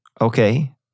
Okay